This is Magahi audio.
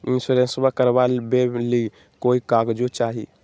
इंसोरेंसबा करबा बे ली कोई कागजों चाही?